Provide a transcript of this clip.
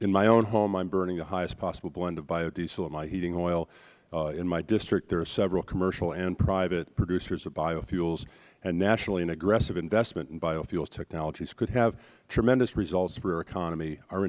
in my own home i am burning the highest possible blend of biodiesel in my heating oil in my district there are several commercial and private producers of biofuels and nationally an aggressive investment in biofuels technologies could have tremendous results for our economy our